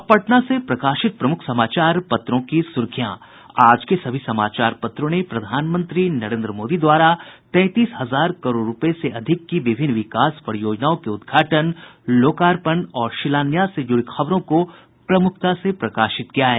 अब पटना से प्रकाशित प्रमुख समाचार पत्रों की सुर्खियां आज के सभी समाचार पत्रों ने प्रधानमंत्री नरेन्द्र मोदी द्वारा तैंतीस हजार करोड़ रूपये से अधिक की विभिन्न विकास परियोजनाओं के उद्घाटन लोकार्पण और शिलान्यास से जुड़ी खबरों को प्रमुखता से प्रकाशित किया है